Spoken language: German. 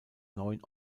neuen